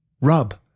rub